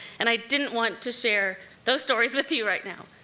and i didn't want to share those stories with you right now.